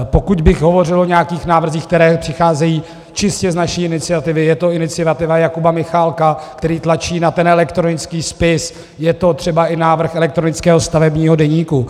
Pokud bych hovořil o nějakých návrzích, které přicházejí čistě z naší iniciativy, je to iniciativa Jakuba Michálka, který tlačí na ten elektronický spis, je to třeba i návrh elektronického stavebního deníku.